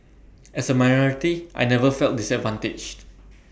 as A minority I never felt disadvantaged